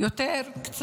קצת יותר.